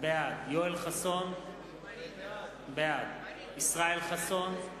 בעד יואל חסון, בעד ישראל חסון,